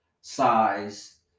size